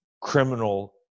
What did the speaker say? criminal